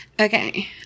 Okay